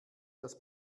das